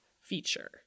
feature